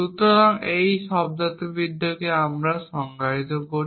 সুতরাং এই শব্দার্থবিদ্যাকে আমরা সংজ্ঞায়িত করি